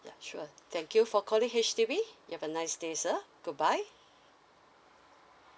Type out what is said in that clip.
ya sure thank you for calling H_D_B you have a nice day sir goodbye